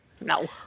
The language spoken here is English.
No